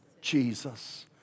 Jesus